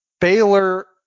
Baylor